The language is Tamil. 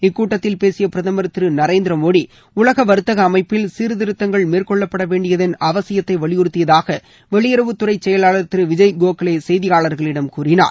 இக்கூட்டத்தில் பேசிய பிரதுர் திரு நரேந்திர மோடி உலக வர்த்தக அமைப்பில் சீர்திருத்தங்கள் மேற்கொள்ளப்படவேண்டியதன் அவசியத்தை வலியுறத்தியதாக வெளியுறவுத்துறை செயலாளர் திரு விஜய் கோகலே செய்தியாளர்களிடம் கூறினார்